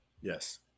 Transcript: Yes